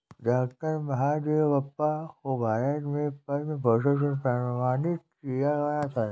doctor Mahadevappa को भारत में पद्म भूषण से सम्मानित किया गया है